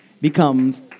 becomes